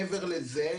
מעבר לזה,